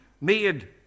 made